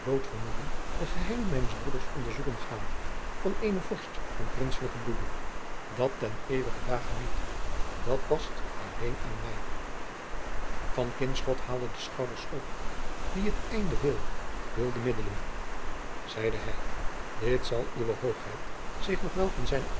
de geheimen mijns broeders onderzoeken gaan van eenen vorst van princelijken bloede dat ten eeuwigen dage niet dat past alleen aan mij van kinschot haalde de schouders op die het einde wil wilde middelen zeide hij dit zal uwe hoogheid zich nog wel van zijnen